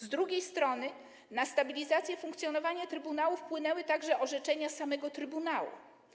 Z drugiej strony na stabilizację funkcjonowania trybunału wpłynęły także orzeczenia samego trybunału.